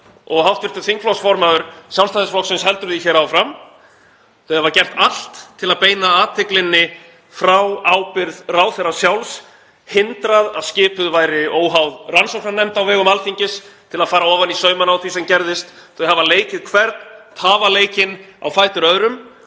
og hv. þingflokksformaður Sjálfstæðisflokksins heldur því áfram. Þau hafa gert allt til að beina athyglinni frá ábyrgð ráðherra sjálfs, hindrað að skipuð væri óháð rannsóknarnefnd á vegum Alþingis til að fara ofan í saumana á því sem gerðist, þau hafa leikið hvern tafaleikinn á fætur öðrum,